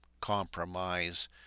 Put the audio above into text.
compromise